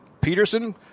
Peterson